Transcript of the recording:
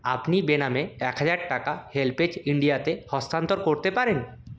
আপনি বেনামে এক হাজার টাকা হেল্পেজ ইন্ডিয়াতে হস্তান্তর করতে পারেন